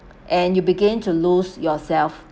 and you began to lose yourself